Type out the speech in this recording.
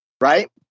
Right